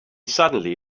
suddenly